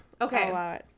okay